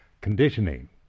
conditioning